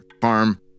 Farm